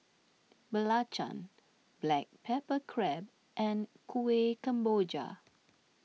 Belacan Black Pepper Crab and Kueh Kemboja